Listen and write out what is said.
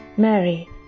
Mary